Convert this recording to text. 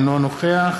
אינו נוכח